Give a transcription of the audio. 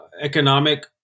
economic